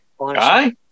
Aye